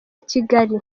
kigali